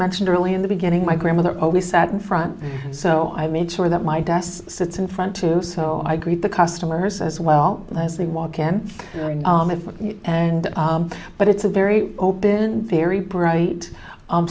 mentioned early in the beginning my grandmother always sat in front so i made sure that my desk sits in front too so i greet the customers as well as they walk him and but it's a very open very bright